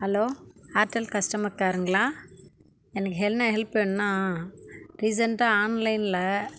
hello Airtel customer கேருங்களா எனக்கு என்ன ஹெல்ப் வேணுன்னால் ரீசன்டாக ஆன்லைனில்